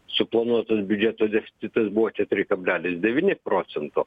suplanuotas biudžeto deficitas buvo keturi kablelis devyni procento